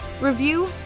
review